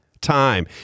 time